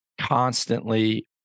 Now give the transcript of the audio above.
constantly